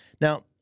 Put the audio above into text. Now